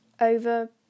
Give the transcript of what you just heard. over